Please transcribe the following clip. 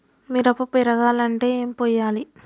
మిరప పెరగాలంటే ఏం పోయాలి?